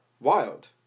wild